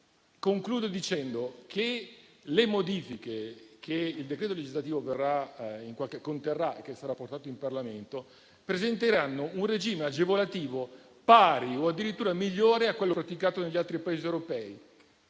Concludo dicendo che le modifiche che il decreto legislativo che sarà portato in Parlamento conterrà presenteranno un regime agevolativo pari o addirittura migliore di quello praticato negli altri Paesi europei,